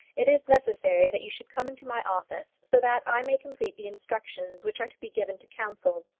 it is necessary that you should come into my office, so that i may complete the instructions which are to be given to counsel.